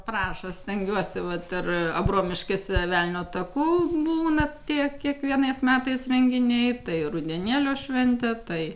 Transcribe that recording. prašos stengiuosi vat ir abromiškėse velnio taku būna tiek kiekvienais metais renginiai tai rudenėlio šventę tai